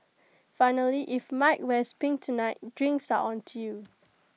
finally if mike wears pink tonight drinks are on you